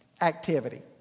activity